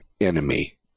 enemy